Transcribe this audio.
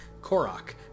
Korok